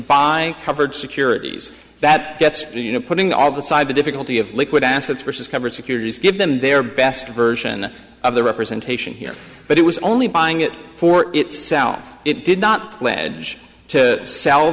buy covered securities that gets you you know putting all the side the difficulty of liquid assets versus covered securities give them their best version of the representation here but it was only buying it for itself it did not lead to sell